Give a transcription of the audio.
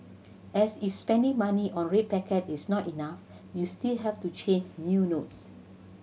as if spending money on red packets is not enough you still have to change new notes